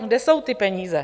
Kde jsou ty peníze?